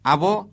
Abo